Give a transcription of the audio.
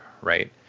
right